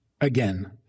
again